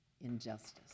injustice